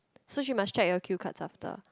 so she must check your cue cards after